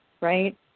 right